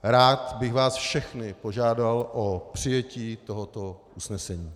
Rád bych vás všechny požádal o přijetí tohoto usnesení.